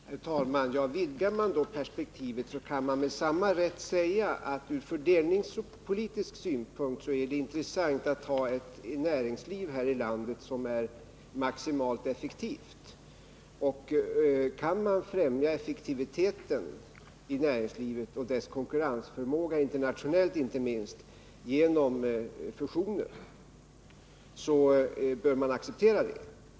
Herr talman! Vidgar man perspektivet kan man med samma rätt säga att det ur fördelningspolitisk synpunkt är intressant att här i landet ha ett näringsliv som är maximalt effektivt. Och kan man främja effektiviteten i näringslivet och dess konkurrensförmåga, internationellt inte minst, genom fusioner, bör man acceptera det.